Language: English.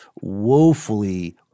woefully